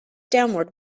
downward